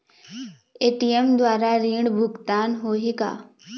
ATM द्वारा ऋण भुगतान होही का?